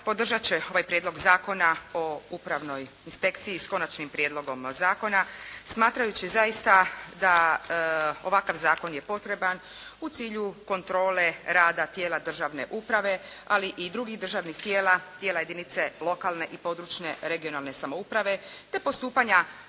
podržat će ovaj Prijedlog zakona o upravnoj inspekciji, s Konačnim prijedlogom zakona, smatrajući zaista da ovakav zakon je potreban u cilju kontrole rada tijela državne uprave, ali i drugih državnih tijela, tijela jedinice lokalne i područne (regionalne) samouprave, te postupanja